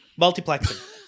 multiplexing